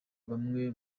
bamwe